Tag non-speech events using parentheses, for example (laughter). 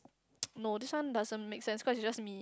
(noise) no this one doesn't make sense cause it just me